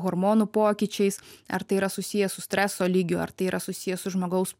hormonų pokyčiais ar tai yra susiję su streso lygiu ar tai yra susiję su žmogaus